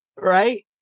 Right